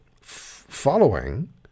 following